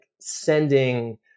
sending